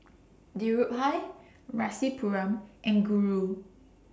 Dhirubhai Rasipuram and Guru